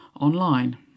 online